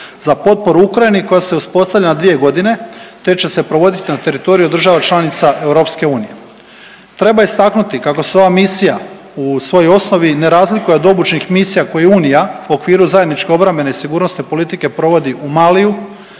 za potporu Ukrajini koja se uspostavlja na 2 godine te će se provoditi na teritoriju država članica EU. Treba istaknuti kako se ova misija u svojoj osnovi ne razlikuje od obučnih misija koje Unija u okviru zajedničke obrambene sigurnosne politike provodi u Maliju,